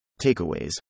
Takeaways